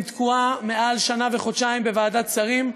תקועה יותר משנה וחודשיים בוועדת שרים.